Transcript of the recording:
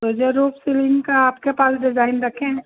तो जो roof ceiling का आपके पास डिज़ाइन रखे हैं